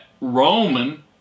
Roman